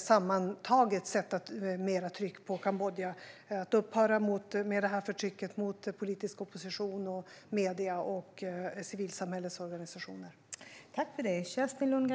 sammantaget ska sätta mer tryck på Kambodja att upphöra med förtrycket mot politisk opposition, medier och civilsamhällets organisationer.